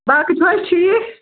باقٕے چھِوٕ حظ ٹھیٖک